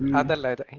other lead